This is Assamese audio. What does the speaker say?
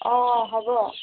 অ হ'ব